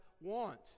want